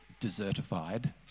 desertified